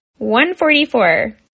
144